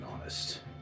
honest